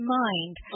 mind